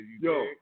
Yo